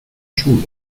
chulo